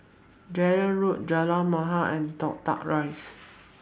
Dunearn Road Jalan Mahir and Toh Tuck Rise